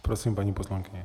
Prosím, paní poslankyně.